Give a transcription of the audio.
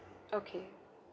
okay